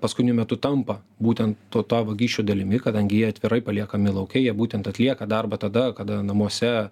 paskutiniu metu tampa būtent to ta vagysčių dalimi kadangi jie atvirai paliekami lauke jie būtent atlieka darbą tada kada namuose